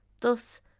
Thus